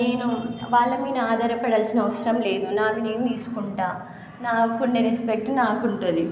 నేను వాళ్ళ మీద ఆధార పడాల్సిన అవసరం లేదు నాది నేను తీసుకుంటాను నాకుండే రెస్పెక్ట్ నాకు ఉంటుంది